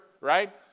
right